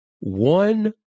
one